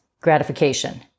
gratification